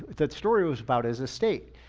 that story was about his estate.